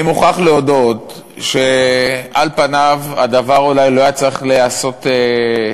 אני מוכרח להודות שהדבר אולי לא היה צריך להיעשות בחוק.